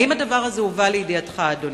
האם הדבר הזה הובא לידיעתך, אדוני?